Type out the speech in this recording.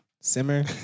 Simmer